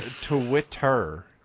Twitter